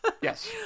Yes